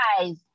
guys